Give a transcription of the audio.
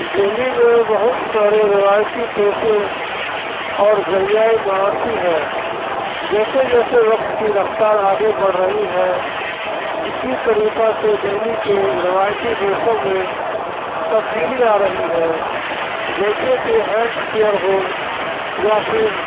دہلی میں بہت سارے روایتی پیشے اور ذریعہ معاش بھی ہیں جیسے جیسے وقت کی رفتار آگے بڑھ رہی ہے اسی طریقہ سے دہلی کے روایتی پیشوں میں تبدیلی آ رہی ہے جیسے کہ ہیلتھ کیئر ہو یا پھر